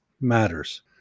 matters